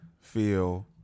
feel